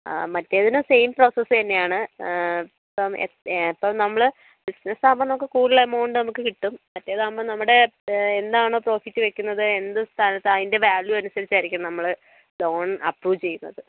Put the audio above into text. ആ മറ്റേതിന് same process തന്നെയാണ് ഇപ്പം അപ്പം നമ്മൾ ബിസിനസ്സ് ആകുമ്പോൾ നമുക്ക് കൂടുതൽ എമൗണ്ട് നമുക്ക് കിട്ടും മറ്റേത് ആകുമ്പോൾ നമ്മുടെ എന്താണോ പ്രോഫിറ്റ് എന്ത് സ്ഥലത്താണ് അതിൻ്റെ വേല്യു അനുസരിച്ചായിരിക്കും നമ്മൾ ലോൺ അപ്രൂവ് ചെയ്യുന്നത്